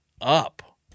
up